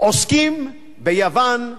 עוסקים ביוון,